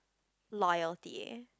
loyalty